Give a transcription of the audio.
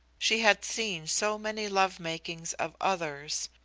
she had seen so many love-makings of others,